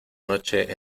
noche